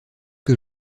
que